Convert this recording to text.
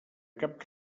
cap